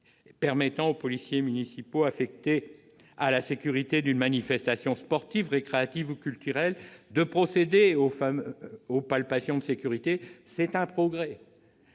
permettre aux policiers municipaux affectés à la sécurité d'une manifestation sportive, récréative ou culturelle de procéder à des palpations de sécurité. C'est un progrès